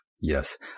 Yes